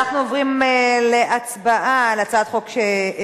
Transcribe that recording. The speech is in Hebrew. אנחנו עוברים להצבעה על הצעת חוק שירות